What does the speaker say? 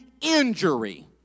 injury